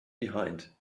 behind